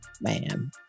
man